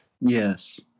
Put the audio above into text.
Yes